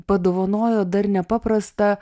padovanojo dar nepaprastą